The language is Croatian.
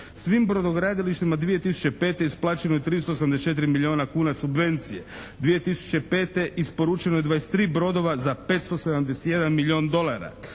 Svim brodogradilištima 2005. isplaćeno je 384 milijuna kuna subvencije. 2005. isporučeno je 23 brodova za 571 milijun dolara.